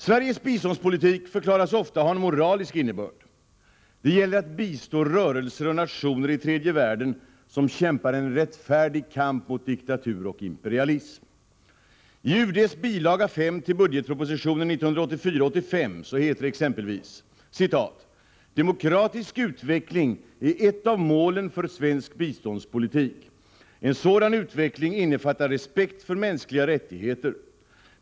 Sveriges utrikesoch biståndspolitik förklaras ofta ha en moralisk innebörd. Det gäller att bistå rörelser och nationer i tredje världen vilka kämpar en rättfärdig kamp mot diktatur och imperialism. I UD:s bil. 5 till budgetpropositionen 1984/85 heter det exempelvis: ”Demokratisk utveckling är ett av målen för svensk biståndspolitik. En sådan utveckling innefattar respekt för mänskliga rättigheter.